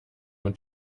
mit